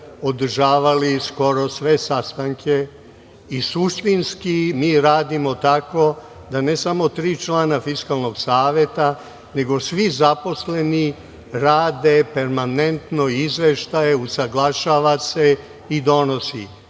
održavali skoro sve sastanke i suštinski mi radimo tako da ne samo tri člana Fiskalnog saveta, nego svi zaposleni rade permanentno izveštaje, usaglašava se i donosi.